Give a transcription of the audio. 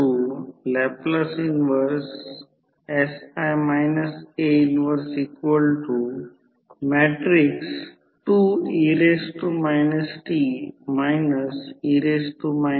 Im magnetising component म्हणा आणि Ic core loss component हा no load magnetising component flux तयार करण्यासाठी जबाबदार आहे